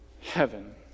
heaven